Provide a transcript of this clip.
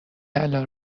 الان